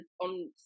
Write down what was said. on